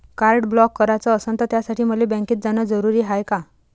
Card block कराच असनं त त्यासाठी मले बँकेत जानं जरुरी हाय का?